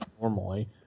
normally